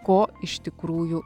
ko iš tikrųjų